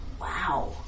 Wow